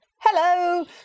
hello